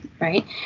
right